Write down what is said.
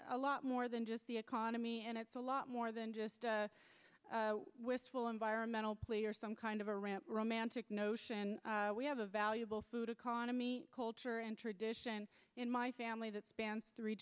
a lot more than just the economy and it's a lot more than just a wistful environmental play or some kind of a rant romantic notion we have a valuable food economy culture and tradition in my family that spans three